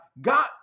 God